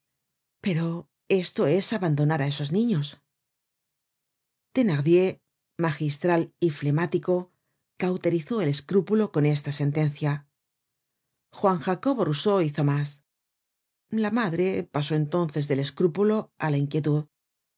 pero esto es abandonar á esos niños thenardier magistral y flemático cauterizó el escrúpulo con esta sentencia juan jacobo rousseau hizo mas la madre pasó entonces del escrúpulo á la inquietud